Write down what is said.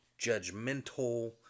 judgmental